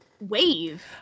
wave